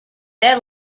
their